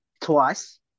twice